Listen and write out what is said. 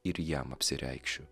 ir jam apsireikšiu